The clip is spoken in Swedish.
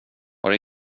har